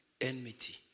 enmity